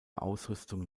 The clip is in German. ausrüstung